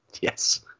Yes